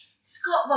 Scott